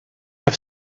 have